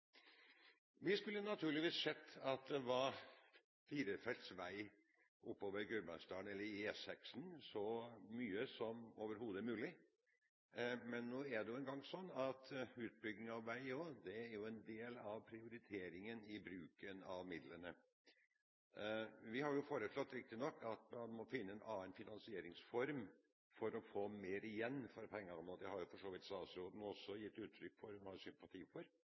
Vi skulle naturligvis sett at det var firefelts vei oppover Gudbrandsdalen, eller E6-en, så mye som overhodet mulig, men nå er det jo engang sånn at utbygging av vei er en del av prioriteringen i bruken av midlene. Vi har riktignok foreslått at man må finne en annen finansieringsform for å få mer igjen for pengene. Det har jo for så vidt statsråden også gitt uttrykk for at hun har sympati for.